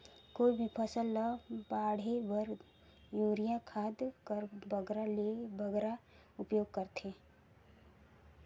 कोई भी फसल ल बाढ़े बर युरिया खाद कर बगरा से बगरा उपयोग कर थें?